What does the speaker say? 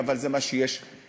אבל זה מה שיש כרגע.